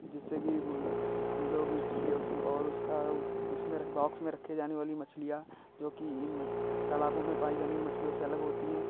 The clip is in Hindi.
जिससे कि मगर हम लोग इसीलिए उसमें और उसका उसमें रख बॉक्स में राखी जाने वाली मछलियाँ जो कि इन मछली तालाबों में पाई जाने वाली मछलियों से अलग होती हैं